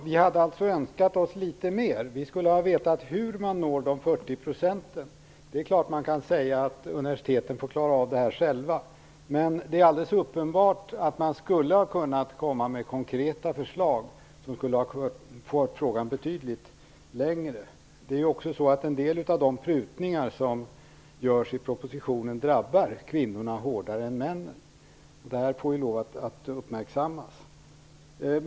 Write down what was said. Fru talman! Vi hade önskat oss litet mer. Vi skulle ha velat veta hur man uppnår dessa 40 %. Det är klart att man kan säga att universiteten får klara av detta själva, men det är alldeles uppenbart att man skulle ha kunnat komma med konkreta förslag som skulle ha fört frågan betydligt längre. En del av de prutningar som görs i propositionen drabbar ju kvinnorna hårdare än männen. Detta måste ju uppmärksammas.